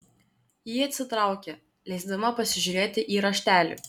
ji atsitraukė leisdama pasižiūrėti į raštelį